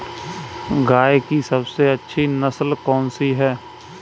गाय की सबसे अच्छी नस्ल कौनसी है?